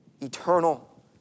eternal